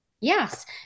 Yes